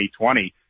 2020